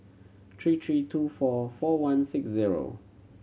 three three two four four one six zero